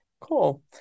Cool